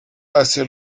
hacia